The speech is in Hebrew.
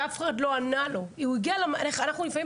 ואף אחד לא ענה לו במדינה הזאת אנחנו לפעמים